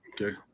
Okay